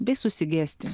bei susigėsti